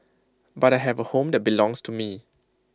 but I have A home that belongs to me